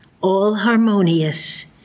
all-harmonious